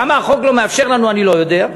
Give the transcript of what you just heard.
למה החוק לא מאפשר לנו אני לא יודע,